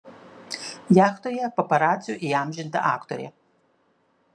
jachtoje paparacių įamžinta aktorė